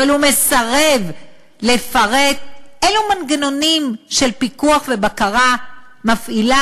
אבל הוא מסרב לפרט אילו מנגנונים של פיקוח ובקרה מפעילה